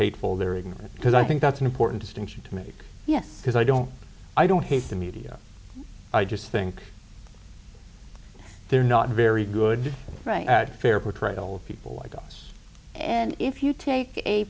hateful they're ignorant because i think that's an important distinction to make yes because i don't i don't hate the media i just think they're not very good at fair portrayal of people like us and if you take a